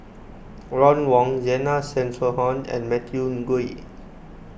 Ron Wong Zena Tessensohn and Matthew Ngui